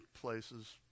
places